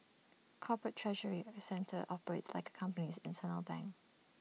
corporate treasury centres operate like A company's internal bank